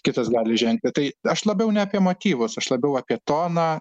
kitas gali žengti tai aš labiau ne apie motyvus aš labiau apie toną